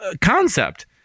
concept